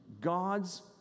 God's